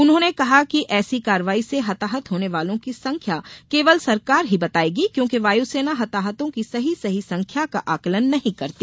उन्होंने कहा कि ऐसी कार्रवाई से हताहत होने वालों की संख्यां केवल सरकार ही बताएगी क्योंकि वायुसेना हताहतों की सही सही संख्यां का आकलन नहीं करती